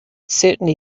certainly